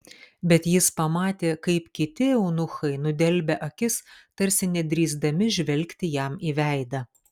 bet jis pamatė kaip kiti eunuchai nudelbia akis tarsi nedrįsdami žvelgti jam į veidą